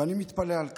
ואני מתפלא על כך.